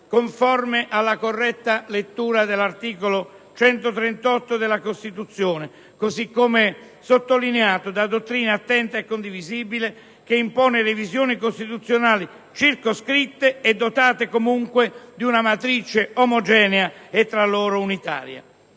conforme alla corretta lettura dell'articolo 138 della Costituzione, così come sottolineato da dottrina attenta e condivisibile, che impone revisioni costituzionali circoscritte e dotate, comunque, di una matrice omogenea e tra loro unitaria.